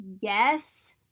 Yes